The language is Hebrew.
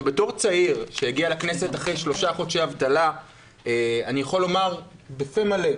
בתור צעיר שהגיע לכנסת אחרי שלושה חודשי אבטלה אני יכול לומר בפה מלא,